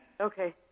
Okay